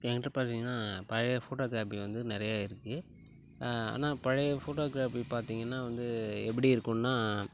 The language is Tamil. என்கிட்ட பார்த்தீங்கன்னா பழைய ஃபோட்டோக்ராஃபி வந்து நிறைய இருக்குது ஆனால் பழைய ஃபோட்டோக்ராஃபி பார்த்தீங்கன்னா வந்து எப்படி இருக்குதுன்னா